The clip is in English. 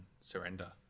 surrender